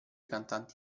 cantanti